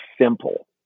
simple